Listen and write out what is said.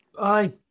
Aye